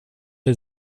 der